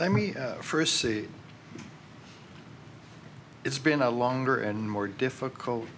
let me first say it's been a longer and more difficult